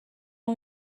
اون